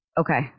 Okay